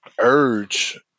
urge